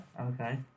Okay